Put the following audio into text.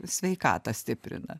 sveikatą stiprina